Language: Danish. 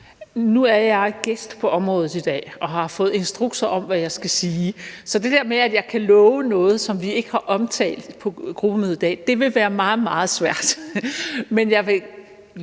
Nu er jeg gæst på området i dag og har fået instrukser om, hvad jeg skal sige. Så det der med at love noget, som vi ikke har omtalt på gruppemødet i dag, vil være meget, meget svært. Men jeg vil